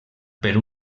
per